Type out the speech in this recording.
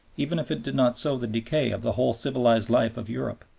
even if it did not sow the decay of the whole civilized life of europe.